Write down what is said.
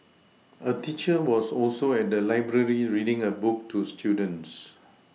a teacher was also at the library reading a book to students